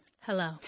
Hello